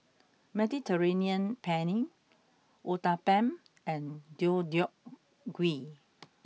Mediterranean Penne Uthapam and Deodeok Gui